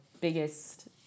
biggest